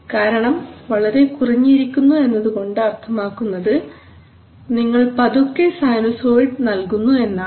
കാരണം വളരെ കുറഞ്ഞിരിക്കുന്നു എന്നതുകൊണ്ട് അർത്ഥമാക്കുന്നത് നിങ്ങൾ പതുക്കെ സൈനുസോയ്ഡ് നൽകുന്നു എന്നാണ്